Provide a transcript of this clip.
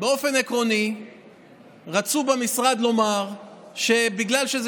באופן עקרוני רצו במשרד לומר שבגלל שזה